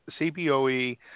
CBOE